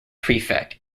prefect